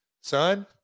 son